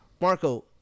marco